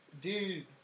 Dude